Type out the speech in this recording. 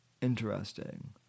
interesting